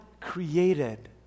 created